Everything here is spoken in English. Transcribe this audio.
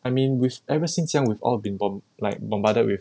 I mean we've ever since young we've all been bomb~ like bombarded with